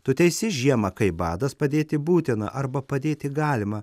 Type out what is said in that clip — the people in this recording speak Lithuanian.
tu teisi žiema kaip badas padėti būtina arba padėti galima